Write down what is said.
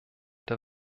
der